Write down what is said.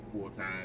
full-time